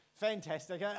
Fantastic